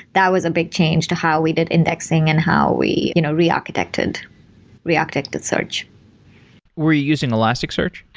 that was a big change to how we did indexing and how we you know rearchitected rearchitected search were you using elasticsearch?